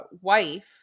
wife